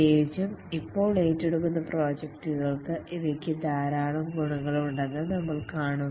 പ്രത്യേകിച്ചും ഇപ്പോൾ ഏറ്റെടുക്കുന്ന പ്രോജക്ടുകൾക്ക് ഇവയ്ക്ക് ധാരാളം ഗുണങ്ങളുണ്ടെന്ന് നമ്മൾ കാണും